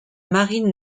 marine